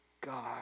God